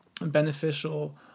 beneficial